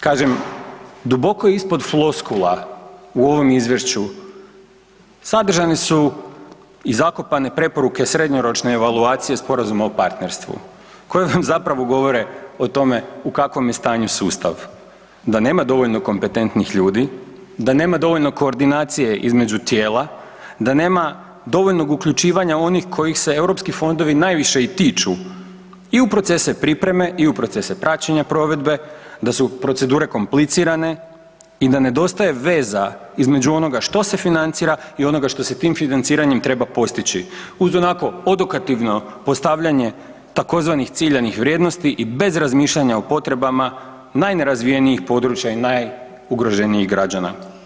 Kažem, duboko ispod floskula u ovom izvješću sadržani su i zakopane preporuke srednjoročne evaluacije Sporazuma o partnerstvu koje nam zapravo govore o tome u kakvom je stanju sustav, da nema dovoljno kompetentnih ljudi, da nema dovoljno koordinacije između tijela, da nema dovoljnog uključivanja onih kojih se europski fondovi najviše i tiču i u procese pripreme i u procese praćenja provedbe, da su procedure komplicirane i da nedostaje veza između onoga što se financira i onoga što se tim financiranjem treba postići uz onako odokativno postavljanje tzv. ciljanih vrijednosti i bez razmišljanja o potrebama najnerazvijenijih područja i najugroženijih građana.